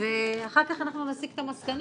ואחר כך נסיק את המסקנות,